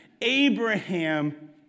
Abraham